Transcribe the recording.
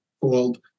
called